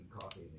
coffee